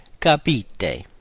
capite